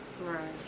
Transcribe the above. Right